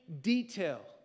detail